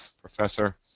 professor